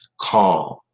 calm